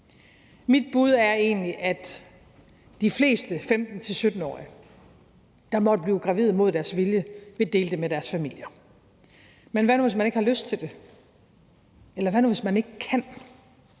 Mit bud er egentlig, at de fleste 15-17-årige, der måtte blive gravide mod deres vilje, vil dele det med deres familier. Men hvad nu, hvis man ikke har lyst til det? Eller hvad nu, hvis man ikke kan?